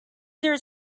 there